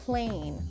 Plain